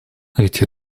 эти